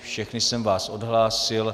Všechny jsem vás odhlásil.